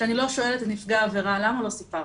שאני לא שואלת את נפגע העבירה 'למה לא סיפרת'.